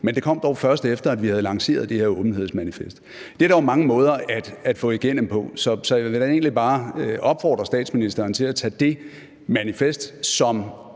men det kom dog først, efter at vi havde lanceret det her åbenhedsmanifest – og det er der jo mange måder at få igennem på. Så jeg vil da egentlig bare opfordre statsministeren til at tage det manifest, som